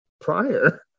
prior